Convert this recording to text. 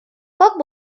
как